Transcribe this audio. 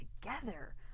together